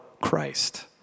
Christ